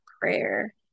prayer